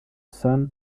sun